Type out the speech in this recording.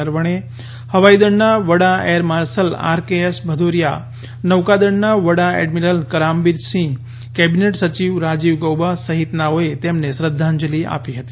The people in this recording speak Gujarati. નારવણે ફવાઈદળના વડા air marshal R K S Bhadauria નૌકાદળના વડા એડમિરલ કરામબીર સિંહ કેબિનેટ સચિવ રાજીવ ગૌબા સહિતનાઓએ તેમને શ્રદ્ધાંજલિ આપી હતી